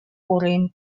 foreign